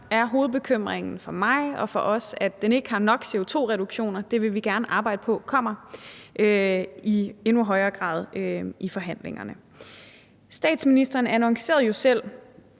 er hovedbekymringen for mig og for os, at det ikke har nok CO2-reduktioner. Det vil vi gerne arbejde på kommer i endnu højere grad i forhandlingerne. Statsministeren annoncerede jo selv